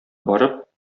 барып